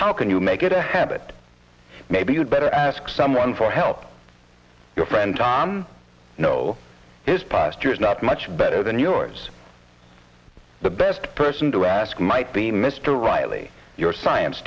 how can you make it a habit maybe you'd better ask someone for help your friend tom know his pastor is not much better than yours the best person to ask might be mr riley your science